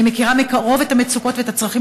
אני מכירה מקרוב את המצוקות ואת הצרכים